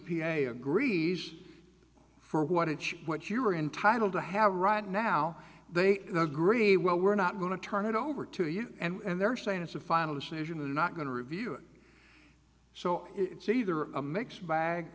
a agrees for what it's what you're entitled to have right now they agree well we're not going to turn it over to you and they're saying it's a final decision and not going to review it so it's either a mixed bag